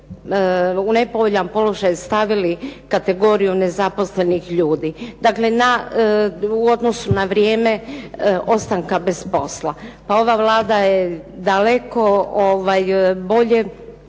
u nepovoljan položaj stavili kategoriju nezaposlenih ljudi. Dakle, na, u odnosu na vrijeme ostanka bez posla. Pa ova Vlada je daleko bolje,